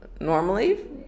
normally